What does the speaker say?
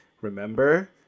remember